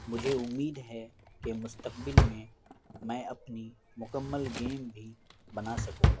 مجھے امید ہے کہ مستقبل میں میں اپنی مکمل گیم بھی بنا سکوں گا